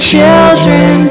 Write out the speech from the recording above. children